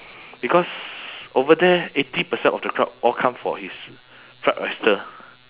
because over there eighty percent of the crowd all come for his fried oyster